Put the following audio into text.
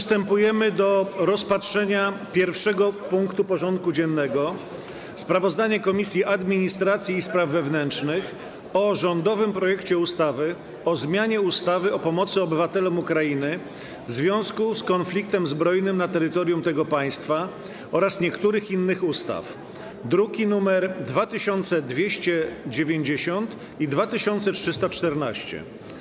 Kontynuujemy rozpatrywanie 1. punktu porządku dziennego: Sprawozdanie Komisji Administracji i Spraw Wewnętrznych o rządowym projekcie ustawy o zmianie ustawy o pomocy obywatelom Ukrainy w związku z konfliktem zbrojnym na terytorium tego państwa oraz niektórych innych ustaw, druki nr 2290 i 2314.